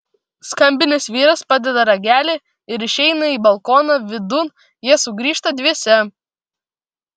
skambinęs vyras padeda ragelį ir išeina į balkoną vidun jie sugrįžta dviese